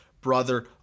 brother